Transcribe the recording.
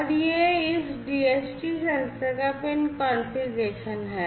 और यह इस DHT सेंसर का पिन कॉन्फ़िगरेशन है